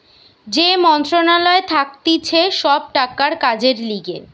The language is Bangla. যেই মন্ত্রণালয় থাকতিছে সব টাকার কাজের লিগে